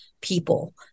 people